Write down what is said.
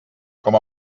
com